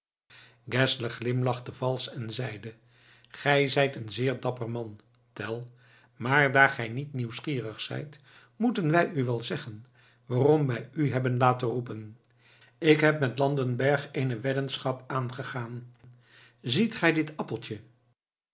geszler glimlachte valsch en zeide gij zijt een zeer dapper man tell maar daar gij niet nieuwsgierig zijt moeten wij u wel zeggen waarom wij u hebben laten roepen ik heb met landenberg eene weddenschap aangegaan ziet gij dit appeltje